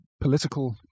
political